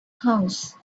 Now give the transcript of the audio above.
house